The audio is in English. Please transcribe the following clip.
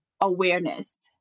awareness